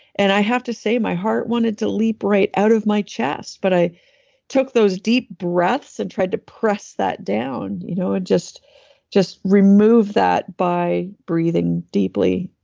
and i have to say my heart wanted to leap right out of my chest, but i took those deep breaths and tried to press that down you know ah and just remove that by breathing deeply.